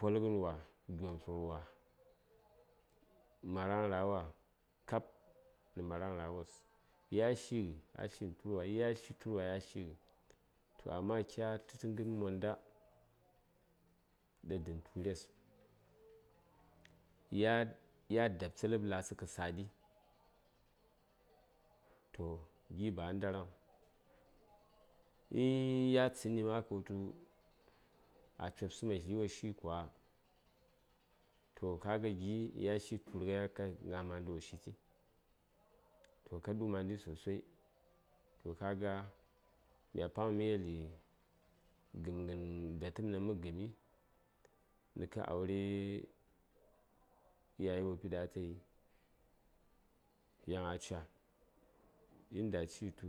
polghən wa gyemtləghən wa maraghən ra wa kab nə maraghən ra wos ya tlighə a tli turwai ya tli turwai a tlighə amma kya tlə tə ghərwon monda ɗa dən tures ya dabtsə ləb latsə kə sa:di toh gi ba a ndaraŋ uhn ya tsəni ma kə wultu a cob suma dli woshi kuwa toh kaga gi: ya tli tu:r ghai hakan gna mandə wo shiti toh ka ɗu mandəi sosai toh kaga mya paŋ mə yeli gəmghən datəm ɗaŋ mə gəmi nə kə aure iyaye wopi ɗaŋ atayi yan a ca inda ciyi tu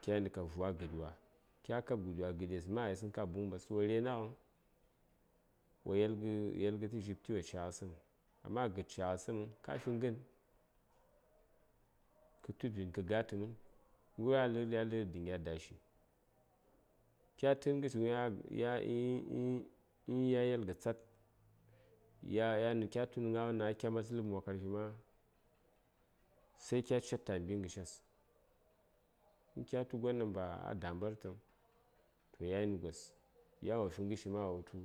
kyani ghən ka vu: a gəɗiwa kya kab gədes ma ayisəŋ ka buŋ ɓastə wo raina ghəŋ wo yelghə yelghə tə dzyipti wo caghə səm amma gəd caghə səm ka fi ghən kə tud v:n kə ga tə mən ghəryo ɗaŋ a lərɗi a lərɗi dən gya dashi kya tən ghəshi gin ya yelghə tsat yan nə kya tunə gna won ɗaŋ a kyemas ləb mobkarfima sai kya cedtə a mbi ghəshes inkya tu gon ɗaŋ ba a dambartəŋ toh yani gos yan wofi ghəshi ma wo wutu